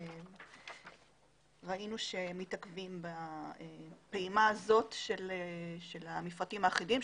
שראינו שמתעכבים בפעימה הזאת של המפרטים האחידים,